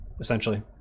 essentially